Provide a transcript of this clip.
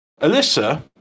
Alyssa